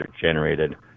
generated